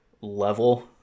level